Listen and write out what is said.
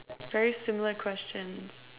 very similar question